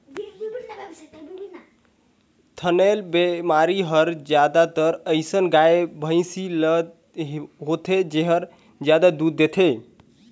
थनैल बेमारी हर जादातर अइसन गाय, भइसी ल होथे जेहर जादा दूद देथे